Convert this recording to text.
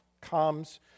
comes